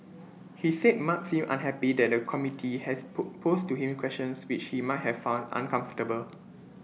he said mark seemed unhappy that the committee has pull posed to him questions which he might have found uncomfortable